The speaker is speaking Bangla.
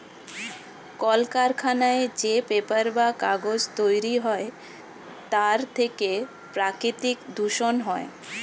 কলকারখানায় যে পেপার বা কাগজ তৈরি হয় তার থেকে প্রাকৃতিক দূষণ হয়